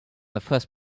first